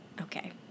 Okay